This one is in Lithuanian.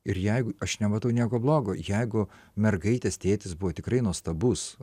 ir jeigu aš nematau nieko blogo jeigu mergaitės tėtis buvo tikrai nuostabus